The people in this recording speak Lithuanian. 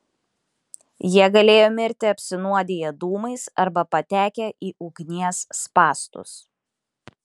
jie galėjo mirti apsinuodiję dūmais arba patekę į ugnies spąstus